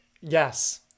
Yes